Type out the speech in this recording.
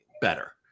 better